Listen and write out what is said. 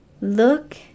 look